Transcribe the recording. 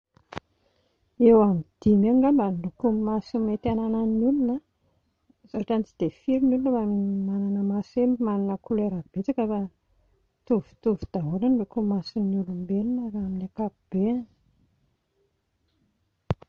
Eo amin'ny dimy eo ngamba no lokon'ny maso mety hananan'ny olona, ohatran'ny tsy dia firy ny olona manana maso hoe manana couleur betsaka fa mitovitovy daholo ny lokon'ny mason'ny olombelona raha amin'ny ankapobeny